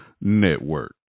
Network